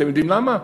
אתם יודעים למה?